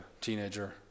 teenager